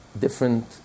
different